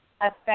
affect